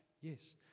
Yes